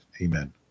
Amen